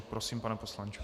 Prosím, pane poslanče.